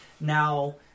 now